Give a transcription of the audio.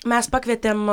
mes pakvietėm